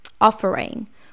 offering